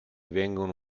vengono